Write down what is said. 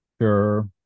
Sure